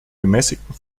gemäßigten